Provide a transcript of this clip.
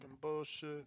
bullshit